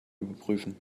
überprüfen